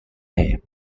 name